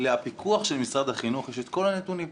לפיקוח של משרד החינוך יש את כל הנתונים.